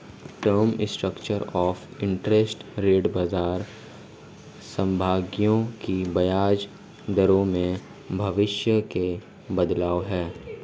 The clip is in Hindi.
term structure of interest rate बाजार सहभागियों की ब्याज दरों में भविष्य के बदलाव है